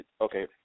okay